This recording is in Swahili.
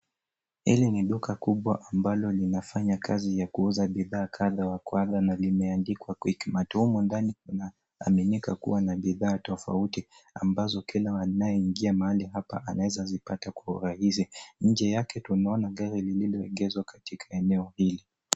Hili ni duka kubwa ambalo linafanya kazi ya kuuza bidhaa kadha wa kadha na limeandikwa QuickMart. Humu ndani kunaaminika kuwa na bidhaa tofauti ambazo kila anayeingia mahali hapa anaweza zipata kwa urahisi. Nje yake tunaona gari lililoegeshwa katika eneo hili.